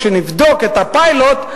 כשנבדוק את הפיילוט,